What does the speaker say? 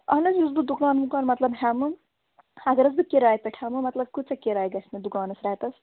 اَہَن حظ یُس بہٕ دُکان وُکان مطلب ہٮ۪مہٕ اگر حظ بہٕ کِراے پٮ۪ٹھ ہٮ۪مہٕ مطلب کٕژاہ کِراے گَژھِ مےٚ دُکانس رٮ۪تس